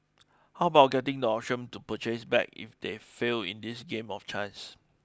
how about getting the option to purchase back if they fail in this game of chance